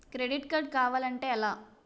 Credit card కావాలి అంటే ఎలా?